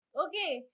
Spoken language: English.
okay